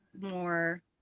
more